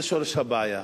זה שורש הבעיה.